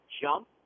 jump